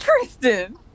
Tristan